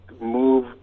move